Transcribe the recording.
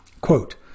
Quote